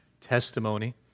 testimony